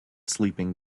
sleeping